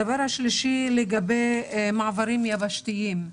הדבר השלישי הוא מעברים יבשתיים: